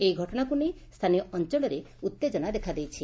ଏହି ଘଟଣାକୁ ନେଇ ସ୍ଥାନୀୟ ଅଞ୍ଞଳରେ ଉତ୍ତେଜନା ଦେଖାଦେଇଛି